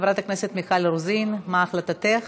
חברת הכנסת מיכל רוזין, מה החלטתך?